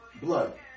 Blood